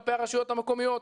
כלפי הרשויות המקומיות,